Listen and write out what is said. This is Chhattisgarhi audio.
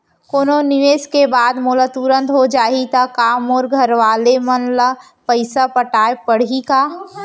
कोनो निवेश के बाद मोला तुरंत हो जाही ता का मोर घरवाले मन ला पइसा पटाय पड़ही का?